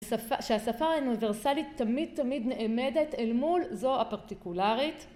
שפה שהשפה האוניברסלית תמיד תמיד נעמדת אל מול זו הפרטיקולרית